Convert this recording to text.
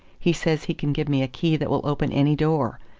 he says he can give me a key that will open any door.